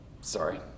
sorry